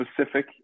specific